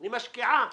היא משקיעה.